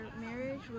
marriage